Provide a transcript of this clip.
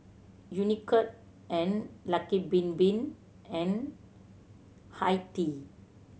Unicurd and Lucky Bin Bin and Hi Tea